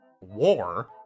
war